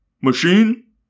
Machine